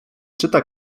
czyta